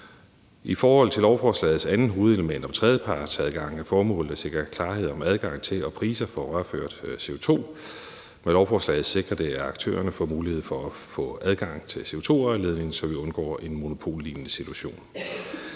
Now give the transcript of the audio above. I forhold til lovforslagets andet hovedelement om tredjepartsadgang er formålet at sikre klarhed om adgang til og priser for rørført CO2. Med lovforslaget sikres det, at aktørerne får mulighed for at få adgang til CO2-rørledning, så vi undgår en monopollignende situation.